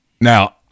Now